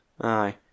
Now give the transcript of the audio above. Aye